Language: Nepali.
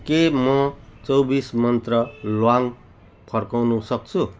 के म चौबिस मन्त्रा ल्वाङ फर्काउन सक्छु